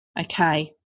Okay